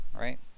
Right